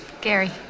Gary